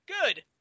Good